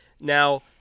Now